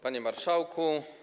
Panie Marszałku!